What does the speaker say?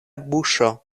buŝo